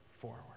forward